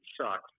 sucks